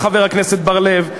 חבר הכנסת בר-לב,